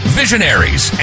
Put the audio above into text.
visionaries